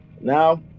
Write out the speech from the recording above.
Now